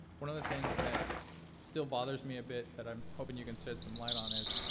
one of the things that still bothers me a bit that i'm hoping you can shed some light on is,